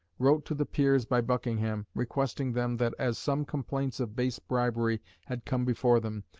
wrote to the peers by buckingham, requesting them that as some complaints of base bribery had come before them,